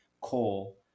coal